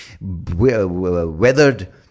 weathered